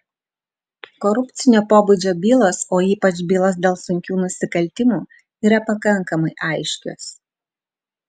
korupcinio pobūdžio bylos o ypač bylos dėl sunkių nusikaltimų yra pakankamai aiškios